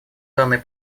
данный